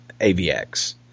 AVX